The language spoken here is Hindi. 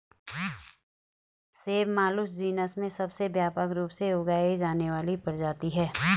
सेब मालुस जीनस में सबसे व्यापक रूप से उगाई जाने वाली प्रजाति है